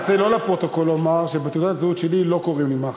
אני רוצה לא לפרוטוקול לומר שבתעודת הזהות שלי לא קוראים לי מכלוף.